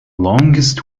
longest